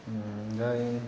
दा